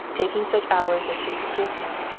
taking such hours as she could give him,